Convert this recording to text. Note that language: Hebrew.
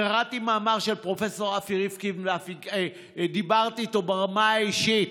קראתי מאמר של פרופ' אבי ריבקינד ודיברתי איתו ברמה האישית: